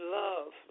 love